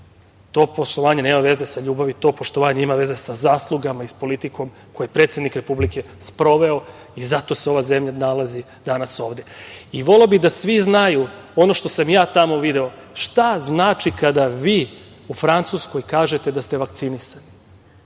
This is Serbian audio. To poštovanje nema veze sa ljubavi, to poštovanje ima veze sa zaslugama i sa politikom koju je predsednik Republike sproveo i zato se ova zemlja nalazi danas ovde. Voleo bih da svi znaju ono što sam i ja tamo video, šta znači kada vi u Francuskoj kažete da ste vakcinisani.